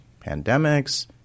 pandemics